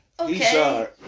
Okay